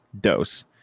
Dose